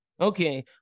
Okay